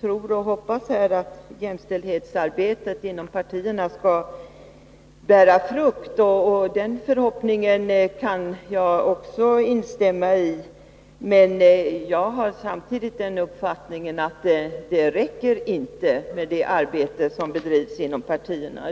tror och hoppas att jämställdhetsarbetet inom partierna skall bära frukt. Den förhoppningen kan jag instämma i. Men jag har samtidigt den uppfattningen att det inte räcker med det arbete som bedrivs inom partierna.